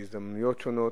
בהזדמנויות שונות,